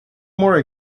more